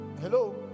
Hello